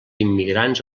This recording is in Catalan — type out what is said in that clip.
immigrants